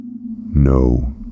No